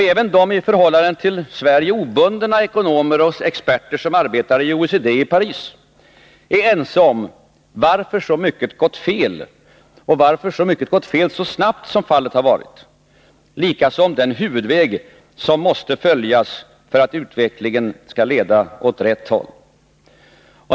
Även de i förhållande till Sverige obundna ekonomer och experter som arbetar i OECD och Paris är ense om varför så mycket har gått fel och har gjort det så snabbt som fallet har varit, liksom om den huvudväg som måste följas för att utvecklingen skall leda åt rätt håll.